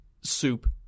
soup